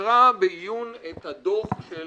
שנקרא בעיון את הדוח של